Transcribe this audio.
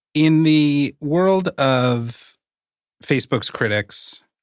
in the world of facebook's critics,